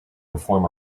perform